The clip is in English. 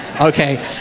Okay